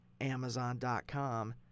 Amazon.com